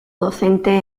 docente